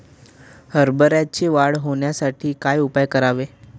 हरभऱ्याची वाढ होण्यासाठी काय उपाय करावे?